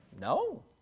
No